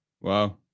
wow